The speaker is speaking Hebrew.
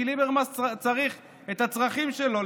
כי ליברמס צריך את הצרכים שלו,